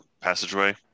passageway